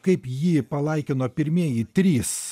kaip jį palaikino pirmieji trys